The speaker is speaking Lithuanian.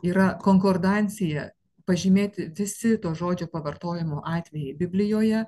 yra konkordancija pažymėti visi to žodžio pavartojimų atvejai biblijoje